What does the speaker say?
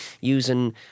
using